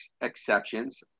exceptions